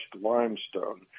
limestone